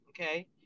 Okay